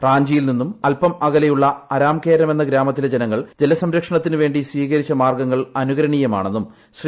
റാഞ്ചിയിൽ നിന്നും അല്പം അകലെയുള്ള ആരാംകേരം എന്ന ഗ്രാമത്തിലെ ജനങ്ങൾ ജലസംരക്ഷണത്തിന് വേണ്ടി സ്വീകരിച്ച മാർഗ്ഗങ്ങൾ അനുകരണീയമാണെന്നും ശ്രീ